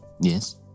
yes